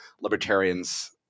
libertarians